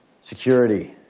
security